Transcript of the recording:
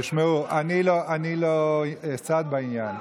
תשמעו, אני לא צד בעניין.